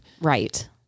Right